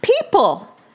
people